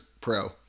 pro